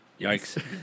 Yikes